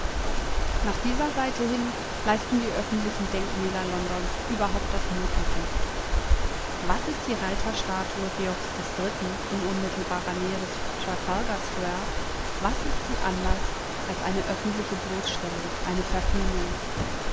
nach dieser seite hin leisten die öffentlichen denkmäler londons überhaupt das mögliche was ist die reiterstatue georgs iii in unmittelbarer nähe des trafalgar square was ist sie anders als eine öffentliche bloßstellung eine verhöhnung